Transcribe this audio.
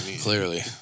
clearly